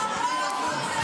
ולדימיר, אתה בקריאה שנייה.